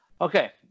okay